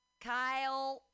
Kyle